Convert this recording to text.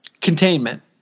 containment